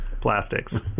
plastics